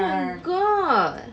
oh my god